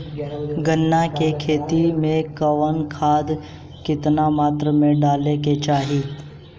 गन्ना के खेती में कवन खाद केतना मात्रा में डाले के चाही?